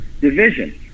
division